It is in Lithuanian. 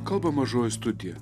kalba mažoji studija